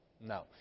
No